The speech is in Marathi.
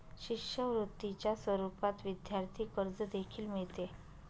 शिष्यवृत्तीच्या स्वरूपात विद्यार्थी कर्ज देखील मिळते